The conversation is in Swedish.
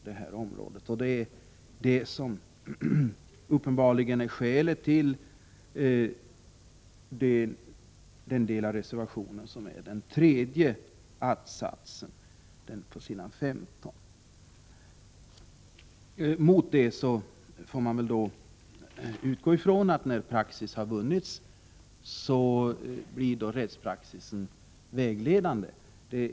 Det är uppenbarligen skälet till den del av reservationen som är den tredje att-satsen, den på s. 15. Man får väl utgå ifrån att när praxis har vunnits blir då rättspraxisen vägledande.